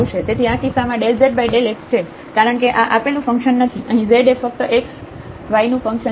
તેથી આ કિસ્સામાં zx છે કારણ કે આ આપેલું ફંક્શન નથી અહીં z એ ફકત x y નું ફંક્શન છે